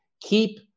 keep